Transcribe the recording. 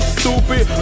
stupid